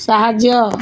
ସାହାଯ୍ୟ